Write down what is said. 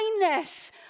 kindness